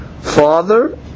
father